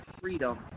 freedom